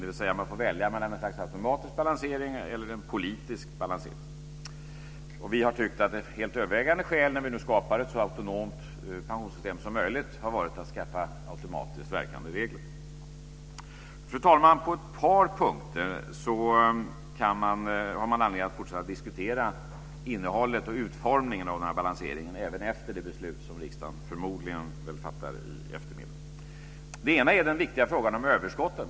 Dvs. att man får välja mellan något slags automatisk balansering eller en politisk balansering. Vi har tyckt att det helt övervägande när vi nu skapar ett så autonomt pensionssystem som möjligt har varit att man skaffar automatiskt verkande regler. Fru talman! På ett par punkter har man anledning att fortsätta att diskutera innehållet och utformningen av den här balanseringen även efter det beslut som riksdagen förmodligen fattar i eftermiddag. Den ena punkten gäller den viktiga frågan om överskotten.